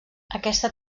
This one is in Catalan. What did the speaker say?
aquesta